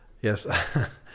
Yes